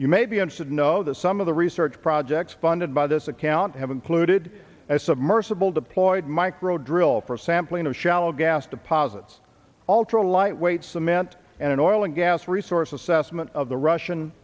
you may be on should know that some of the research projects funded by this account have included as submersible deployed micro drill for sampling of shallow gas deposits ultra lightweight cement and an oil and gas resource assessment of the russian